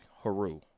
Haru